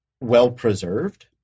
well-preserved